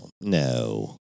No